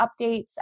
updates